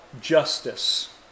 justice